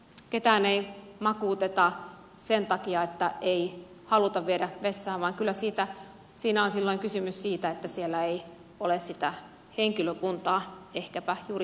ketään ei makuuteta sen takia että ei haluta viedä vessaan vaan kyllä siinä on silloin kysymys siitä että siellä ei ole sitä henkilökuntaa ehkäpä juuri sillä hetkellä